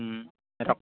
সিহঁতক